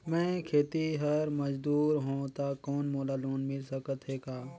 मैं खेतिहर मजदूर हों ता कौन मोला लोन मिल सकत हे का?